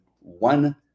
one